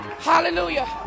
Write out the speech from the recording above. hallelujah